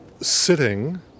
sitting